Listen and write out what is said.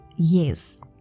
yes